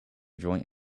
joint